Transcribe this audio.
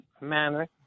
manner